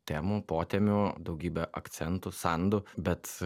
temų potemių daugybę akcentų sandų bet